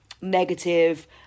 negative